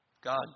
God